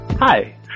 Hi